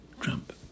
Trump